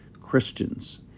Christians